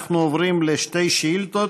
אנחנו עוברים לשתי שאילתות.